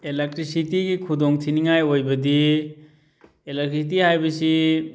ꯑꯦꯂꯦꯛꯇ꯭ꯔꯤꯛꯁꯤꯇꯤꯒꯤ ꯈꯨꯗꯣꯡꯊꯤꯅꯤꯉꯥꯏ ꯑꯣꯏꯕꯗꯤ ꯑꯦꯂꯦꯛꯇ꯭ꯔꯤꯛꯁꯤꯇꯤ ꯍꯥꯏꯕꯁꯤ